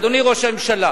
אדוני ראש הממשלה,